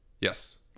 Yes